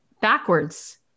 backwards